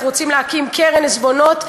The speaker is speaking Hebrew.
אנחנו רוצים להקים קרן עיזבונות,